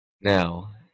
Now